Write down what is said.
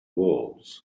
walls